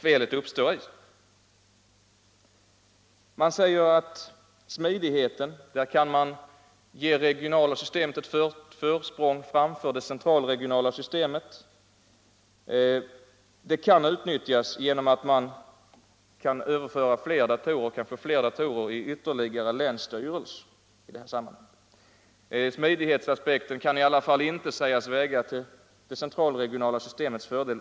I fråga om smidighet ges det regionala systemet ett försprång framför det central regionala systemets fördel.